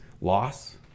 loss